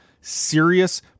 serious